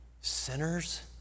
sinners